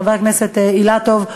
חבר הכנסת אילטוב,